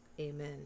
Amen